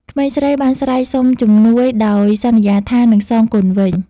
ក្មេងស្រីបានស្រែកសុំជំនួយដោយសន្យាថានឹងសងគុណវិញ។